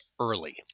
early